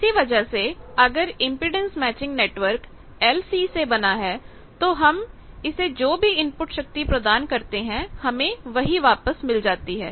इसी वजह सेअगर इंपेडेंस मैचिंग नेटवर्क LC से बना है तो हम इसे जो भी इनपुट शक्ति प्रदान करते हैं हमें वही वापस मिल जाती है